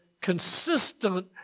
consistent